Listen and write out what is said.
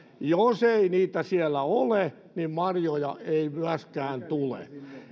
jos ei niitä siellä ole niin marjoja ei myöskään tule